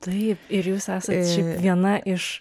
taip ir jūs esat šiaip viena iš